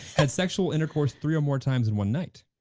had sexual intercourse three or more times in one night?